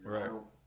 Right